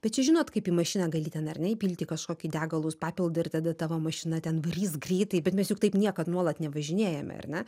bet čia žinot kaip į mašiną gali ten ar ne įpilti kažkokį degalus papildą ir tada tavo mašina ten varys greitai bet mes juk taip niekad nuolat nevažinėjame ar ne